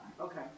Okay